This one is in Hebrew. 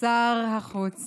שר החוץ